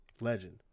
Legend